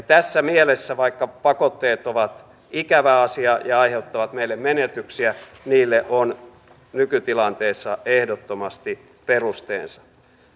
tässä mielessä vaikka pakotteet ovat ikävä asia ja aiheuttavat meille menetyksiä niille on nykytilanteessa ehdottomasti perusteensa